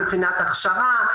מבחינת הכשרה,